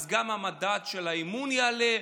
אז גם המדד של האמון יעלה,